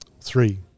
three